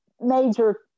major